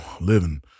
Living